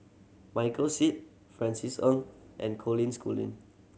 Michael Seet Francis Ng and Colin Schooling